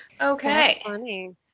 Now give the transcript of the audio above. Okay